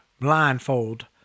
blindfold